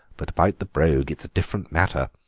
but about the brogue it's a different matter.